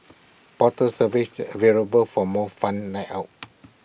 bottle service available for more fun night out